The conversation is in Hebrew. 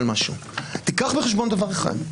תיקח בחשבון דבר אחד,